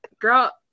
girl